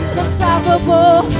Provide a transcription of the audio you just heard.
unstoppable